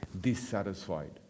Dissatisfied